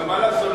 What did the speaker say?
אבל מה לעשות?